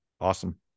Awesome